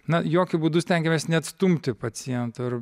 na jokiu būdu stengiamės neatstumti paciento